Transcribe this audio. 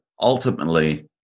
ultimately